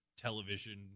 television